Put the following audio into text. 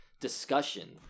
discussion